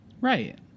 Right